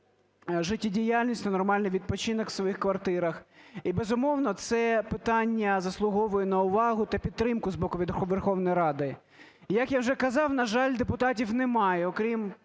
життєдіяльність, на нормальний відпочинок у своїх квартирах. І, безумовно, це питання заслуговує на увагу та підтримку з боку Верховної Ради. Як я вже казав, на жаль, депутатів немає, тому